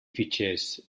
fitxers